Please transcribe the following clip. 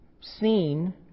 seen